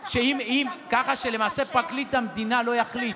ככה שלמעשה פרקליט המדינה לא יחליט.